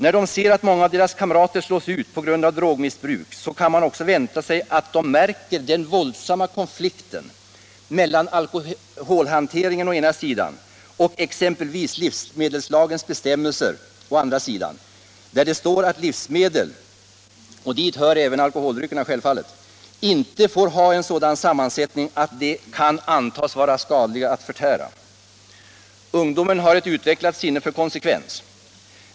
När de ser att många av deras kamrater slås ut på grund av drogmissbruk kan man vänta sig att de också märker den våldsamma konflikten mellan å ena sidan alkoholhanteringen och å andra sidan exempelvis livsmedelslagens bestämmelser att livsmedel — dit hör självfallet även alkoholdryckerna — inte får ha sådan sammansättning att de kan antagas vara skadliga att förtära. Ungdomarna har ett väl utvecklat sinne för konsekvens.